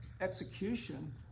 execution